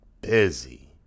busy